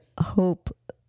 hope